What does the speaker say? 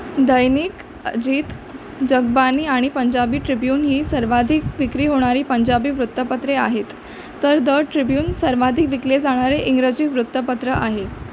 दैनिक अजित जगबानी आणि पंजाबी ट्रिब्युन ही सर्वाधिक विक्री होणारी पंजाबी वृत्तपत्रे आहेत तर द ट्रिब्युन सर्वाधिक विकले जाणारे इंग्रजी वृत्तपत्र आहे